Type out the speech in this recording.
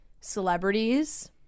celebrities